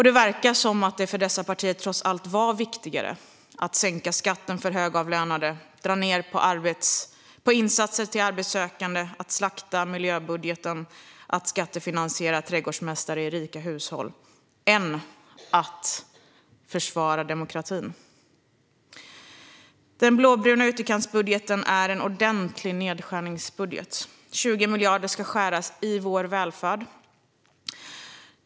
Det verkar som att det för dessa partier trots allt var viktigare att sänka skatten för högavlönade, att dra ned på insatser för arbetssökande, att slakta miljöbudgeten och att skattefinansiera trädgårdsmästare i rika hushåll än att försvara demokratin. Den blåbruna ytterkantsbudgeten är en ordentlig nedskärningsbudget. 20 miljarder ska skäras i vår välfärd.